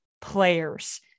players